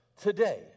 today